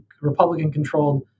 Republican-controlled